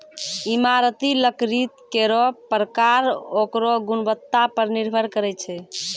इमारती लकड़ी केरो परकार ओकरो गुणवत्ता पर निर्भर करै छै